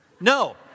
No